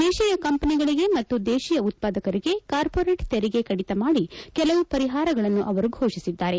ದೇಶೀಯ ಕಂಪನಿಗಳಿಗೆ ಮತ್ತು ದೇಶೀಯ ಉತ್ವಾದಕರಿಗೆ ಕಾರ್ಮೋರೇಟ್ ತೆರಿಗೆ ಕಡಿತ ಮಾಡಿ ಕೆಲವು ಪರಿಹಾರಗಳನ್ನು ಅವರು ಘೋಷಿಸಿದ್ದಾರೆ